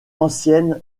ancienne